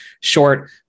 short